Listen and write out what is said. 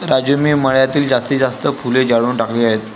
राजू मी मळ्यातील जास्तीत जास्त फुले जाळून टाकली आहेत